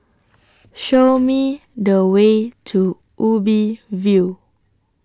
Show Me The Way to Ubi View